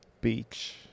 Beach